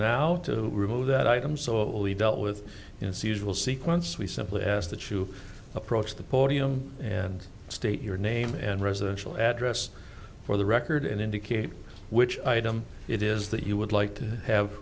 now to remove that item so it will be dealt with in seasonal sequence we simply asked the to approach the podium and state your name and residential address for the record and indicate which item it is that you would like to have